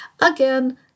Again